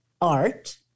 art